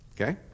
Okay